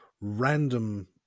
random